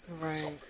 Right